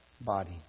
body